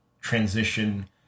transition